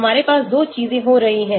हमारे पास 2 चीजें हो रही हैं